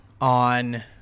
on